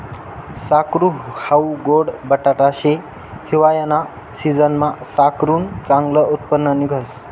साकरू हाऊ गोड बटाटा शे, हिवायाना सिजनमा साकरुनं चांगलं उत्पन्न निंघस